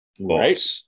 right